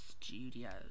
Studios